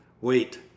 wait